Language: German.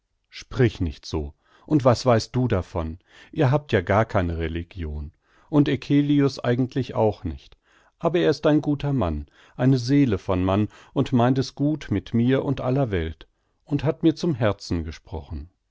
sprich nicht so was weißt du davon ihr habt ja gar keine religion und eccelius eigentlich auch nicht aber er ist ein guter mann eine seele von mann und meint es gut mit mir und aller welt und hat mir zum herzen gesprochen